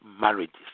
Marriages